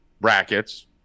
brackets